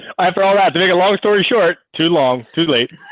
i prolab to make a long story short too long too late